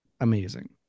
amazing